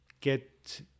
get